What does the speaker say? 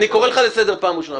אני קורא לך לסדר פעם ראשונה.